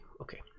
okay